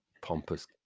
pompous